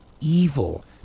evil